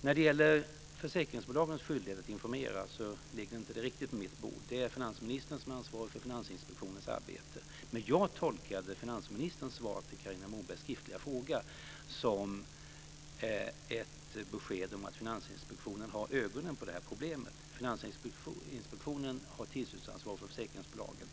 När det gäller försäkringsbolagens skyldighet att informera ligger det inte riktigt på mitt bord. Det är finansministern som är ansvarig för Finansinspektionens arbete. Men jag tolkade finansministerns svar på Carina Mobergs skriftliga fråga som ett besked om att Finansinspektionen har ögonen på det här problemet. Finansinspektionen har tillsynsansvaret över försäkringsbolagen.